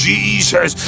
Jesus